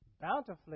bountifully